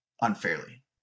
unfairly